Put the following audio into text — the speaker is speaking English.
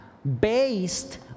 based